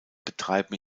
betreiben